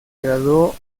graduó